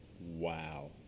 Wow